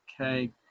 Okay